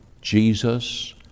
Jesus